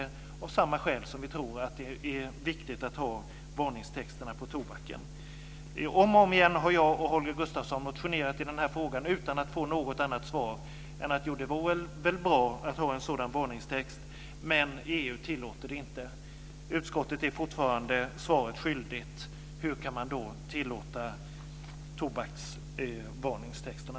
Det är av samma skäl som vi tror att det är viktigt att ha varningstexterna på tobaken. Om och om ingen har jag och Holger Gustafsson motionerat i den här frågan utan att få något annat svar än: Jo, det vore väl bra att ha en sådan varningstext, men EU tillåter det inte. Utskottet är fortfarande svaret skyldigt. Hur kan man då tillåta tobaksvarningstexterna?